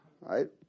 right